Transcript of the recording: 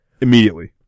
immediately